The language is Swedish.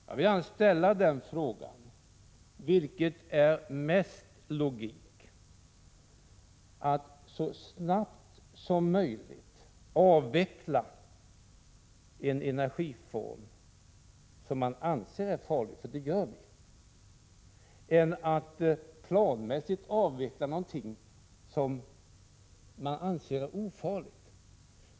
Jag vill då ställa en fråga: Vilket är mest logiskt: att så snabbt som möjligt avveckla en energiform som man anser är farlig, för det gör vi, än att planmässigt avveckla någonting som man anser vara ofarligt?